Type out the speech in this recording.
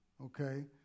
Okay